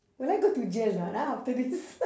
will I go to jail or not ah after this